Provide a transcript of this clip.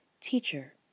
Teacher